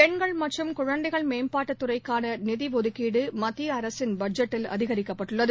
பெண்கள் மற்றும் குழந்தைகள் மேம்பாட்டுத் துறைக்கானநிதிஒதுக்கீடு மத்தியஅரசின் பட்ஜெட்டில் அதிகரிக்கப்பட்டுள்ளது